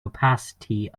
opacity